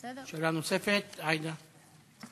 שאלה נוספת, עאידה.